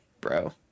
bro